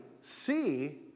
see